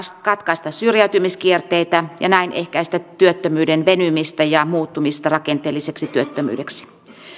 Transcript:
katkaista syrjäytymiskierteitä ja näin ehkäistä työttömyyden venymistä ja muuttumista rakenteelliseksi työttömyydeksi